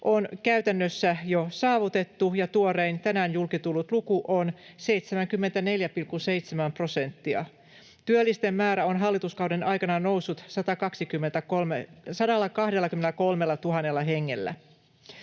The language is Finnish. on käytännössä jo saavutettu, ja tuorein, tänään julki tullut luku on 74,7 prosenttia. Työllisten määrä on hallituskauden aikana noussut 123 000 hengellä.